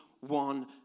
One